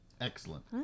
Excellent